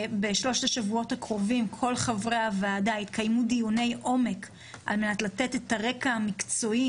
בשלושת השבועות הקרובים יתקיימו דיוני עומק על מנת לתת את הרקע המקצועי